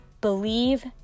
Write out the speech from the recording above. believe